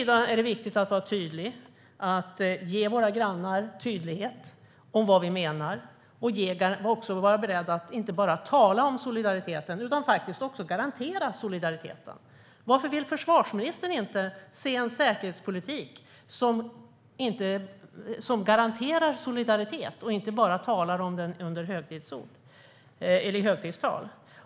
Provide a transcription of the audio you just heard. Det är viktigt att vi är tydliga, att vi ger våra grannar tydlighet om vad vi menar och att vi också är beredda att inte bara tala om solidariteten utan faktiskt också garantera den. Varför vill försvarsministern inte se en säkerhetspolitik som faktiskt garanterar solidaritet och inte bara talar om den i högtidstal?